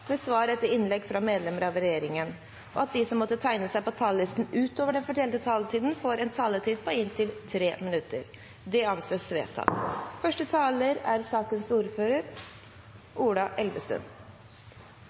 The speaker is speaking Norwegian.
med svar etter innlegg fra medlemmer av regjeringen, og at de som måtte tegne seg på talerlisten utover den fordelte taletid, får en taletid på inntil 3 minutter. – Det anses vedtatt.